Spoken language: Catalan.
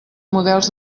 models